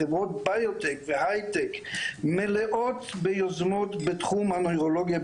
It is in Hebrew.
חברות ביוטק והייטק מלאות ביוזמות בתחום הנוירולוגיה,